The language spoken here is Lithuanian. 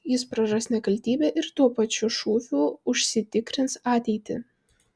jis praras nekaltybę ir tuo pačiu šūviu užsitikrins ateitį